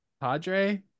Padre